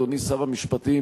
אדוני שר המשפטים,